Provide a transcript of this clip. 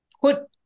put